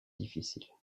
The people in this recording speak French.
difficile